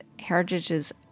Heritage's